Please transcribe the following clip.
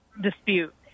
dispute